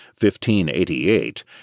1588